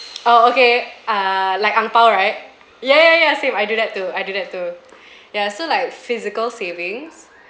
oh okay err like ang-bao right ya ya ya same I do that too I do that too yeah so like physical savings